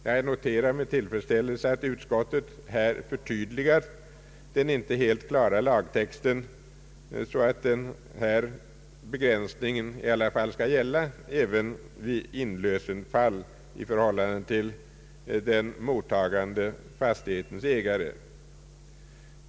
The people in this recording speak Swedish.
Jag noterar med tillfredsställelse att utskottet här förtydligar den inte helt klara lagtexten, så att denna begränsning vid inlösenfall skall gälla i förhållande till den mottagande fastighetens ägare.